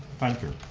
thank you.